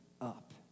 up